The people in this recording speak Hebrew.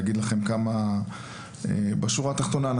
בשורה התחתונה,